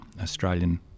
Australian